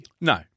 No